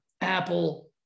Apple